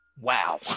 Wow